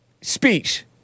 speech